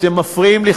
אתם מפריעים לי,